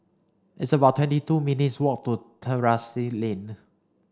it's about twenty two minutes' walk to Terrasse Lane